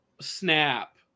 Snap